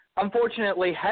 Unfortunately